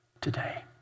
today